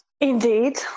Indeed